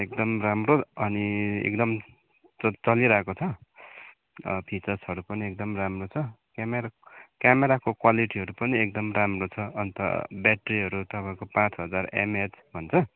एकदम राम्रो अनि एकदम चलिरहेको छ फिचर्सहरू पनि एकदम राम्रो छ क्यामेरा क्यामेराको क्वालिटीहरू पनि एकदम राम्रो छ अन्त ब्याट्रीहरू तपाईँको पाचँ हजार एमएच भन्छ